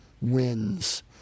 wins